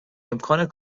امکان